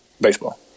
Baseball